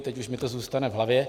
Teď už mi to zůstane v hlavě.